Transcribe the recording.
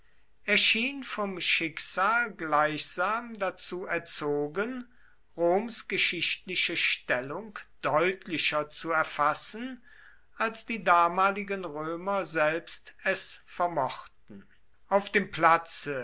schien vom schicksal gleichsam dazu erzogen roms geschichtliche stellung deutlicher zu erfassen als die damaligen römer selbst es vermochten auf dem platze